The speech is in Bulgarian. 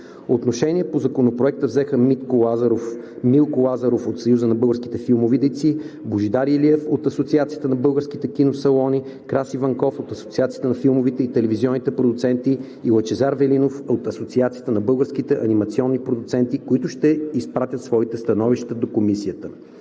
Отношение по Законопроекта взеха Милко Лазаров от Съюза на българските филмови дейци, Божидар Илиев от Асоциацията на българските киносалони, Краси Ванков от Асоциацията на филмовите и телевизионните продуценти и Лъчезар Велинов от Асоциацията на българските анимационни продуценти, които ще изпратят свои становища до Комисията.